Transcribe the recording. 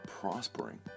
prospering